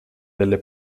delle